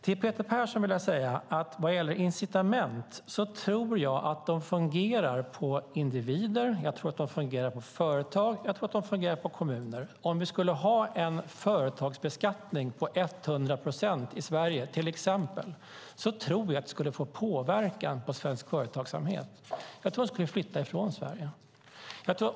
Till Peter Persson vill jag säga att jag tror att incitament fungerar på individer, på företag och på kommuner. Om vi till exempel skulle ha en företagsbeskattning på 100 procent i Sverige tror jag att det skulle påverka svensk företagsamhet. Jag tror att företagen skulle flytta ifrån Sverige.